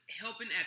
helping